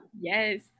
Yes